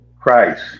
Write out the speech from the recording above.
Christ